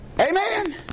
Amen